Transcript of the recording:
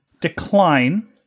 Decline